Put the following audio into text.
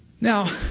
Now